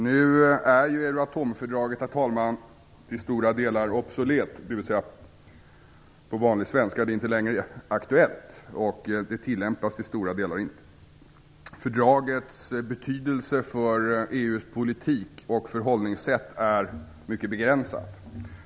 Nu är Euratomfördraget i stora delar obsolet, dvs. det är på vanlig svenska inte längre aktuellt och tilllämpas i stora delar inte. Fördragets betydelse för EU:s politik och förhållningssätt är mycket begränsat.